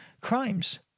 crimes